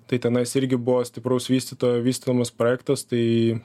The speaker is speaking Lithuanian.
tai tenais irgi buvo stipraus vystytojo vystomas projektas tai